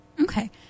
Okay